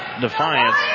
Defiance